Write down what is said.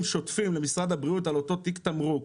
שוטפים למשרד הבריאות על אותו תיק תמרוק.